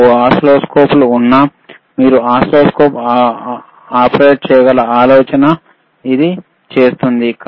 ఏ రకమైన ఒస్సిల్లోస్కోపులు ఉన్నా మీరు ఓసిల్లోస్కోప్స్ ఆపరేట్చేయడం ముఖ్య ఉద్దేశం